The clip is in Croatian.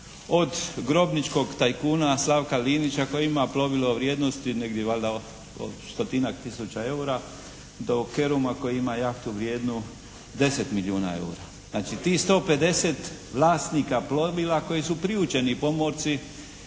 od grobničkog tajkuna Slavka Linića koji ima plovilo vrijednosti negdje valjda od stotinjak tisuća eura do Keruma koji ima jahtu vrijednu 10 milijuna eura. Znači tih 150 vlasnika plovila koji su priučeni pomorci